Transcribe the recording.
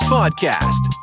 Podcast